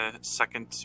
second